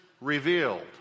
revealed